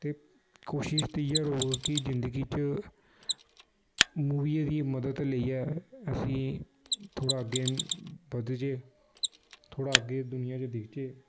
ते कोशिश ते इ'यै रौह्ग कि जिंदगी च मूवियें दी मदद लेइयै असें थोह्ड़ा अग्गें बधगे थोह्ड़ा अग्गें दुनिया च दिक्खचै